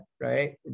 Right